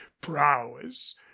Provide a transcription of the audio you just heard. prowess